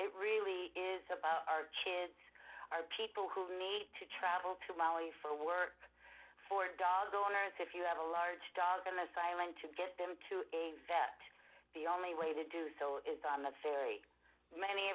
it really is about our kids are people who need to travel to maui for work for dog owners if you have a large dog on this island to get them to a vet the only way to do so is on the very many